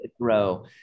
grow